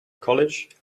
college